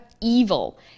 evil